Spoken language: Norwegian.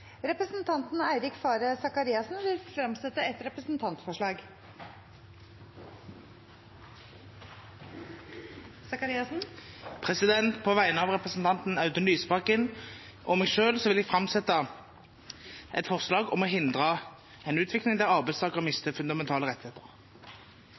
Representanten Eirik Faret Sakariassen vil framsette et representantforslag. På vegne av representanten Audun Lysbakken og meg selv vil jeg framsette et forslag om å hindre en utvikling der